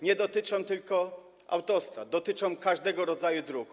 Nie dotyczy to tylko autostrad, dotyczy to każdego rodzaju dróg.